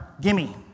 gimme